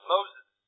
Moses